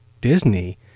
Disney